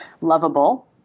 lovable